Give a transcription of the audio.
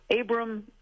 Abram